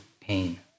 pain